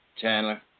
Chandler